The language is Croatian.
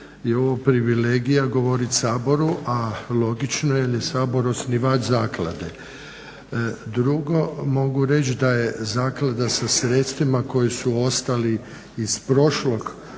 ovo privilegija govorit Saboru, a logično je jer je Sabor osnivač zaklade. Drugo, mogu reći da je zaklada sa sredstvima koji su ostali iz prošlog